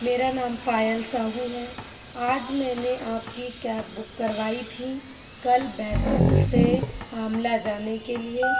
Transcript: मेरा नाम पायल साहू है आज मैंने आपकी कैब बुक करवाई थी कल बैतूल से आमला जाने के लिए